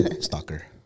Stalker